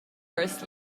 first